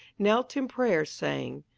knelt in prayer, saying,